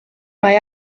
mae